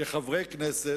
כחברי כנסת,